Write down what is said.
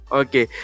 okay